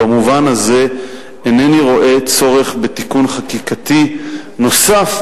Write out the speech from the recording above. במובן הזה אינני רואה צורך בתיקון חקיקתי נוסף